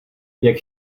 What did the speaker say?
jak